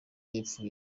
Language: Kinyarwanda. y’epfo